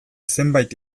zenbait